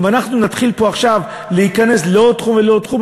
אם נתחיל פה עכשיו להיכנס לעוד תחום ועוד תחום,